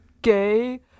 Gay